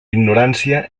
ignorància